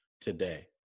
today